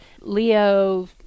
Leo